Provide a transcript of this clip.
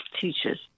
teachers